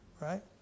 right